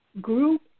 group